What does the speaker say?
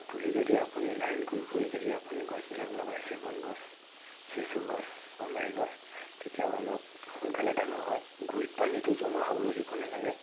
ঢাপ তুলি তুলি যদি আপুনি লাইন কৰি কৰি যদি আপুনি গছবিলাক লগায় চেগুন গছ চেচু গছ গমাৰি গছ তেতিয়া অলপ সোনকালে ডাঙৰ হয় গুৰিত পানীটো জমা হ'বলৈ দিব নালাগে